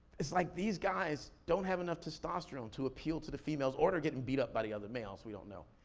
it's like these guys don't have enough testosterone to appeal to the females, or they're getting beat up by the other males, we don't know.